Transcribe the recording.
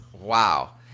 Wow